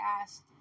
asked